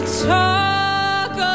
talk